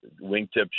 wingtip